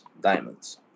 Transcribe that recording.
diamonds